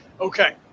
Okay